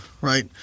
right